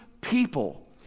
people